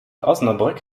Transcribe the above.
osnabrück